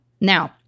Now